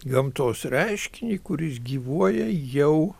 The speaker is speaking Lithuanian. gamtos reiškinį kuris gyvuoja jau